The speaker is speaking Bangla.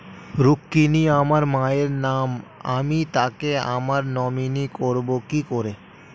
রুক্মিনী আমার মায়ের নাম আমি তাকে আমার নমিনি করবো কি করে?